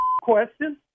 question